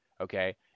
okay